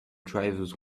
drivers